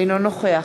אינו נוכח